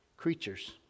Creatures